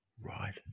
right